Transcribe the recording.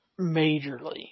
majorly